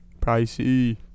Pricey